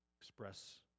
express